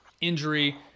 injury